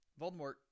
Voldemort